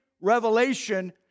revelation